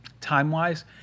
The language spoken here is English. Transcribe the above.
time-wise